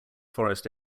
forest